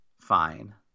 fine